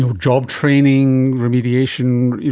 um job training, remediation,